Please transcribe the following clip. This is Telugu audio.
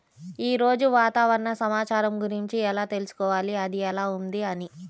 ఈరోజు వాతావరణ సమాచారం గురించి ఎలా తెలుసుకోవాలి అది ఎలా ఉంది అని?